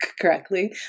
correctly